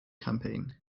campaign